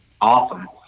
awesome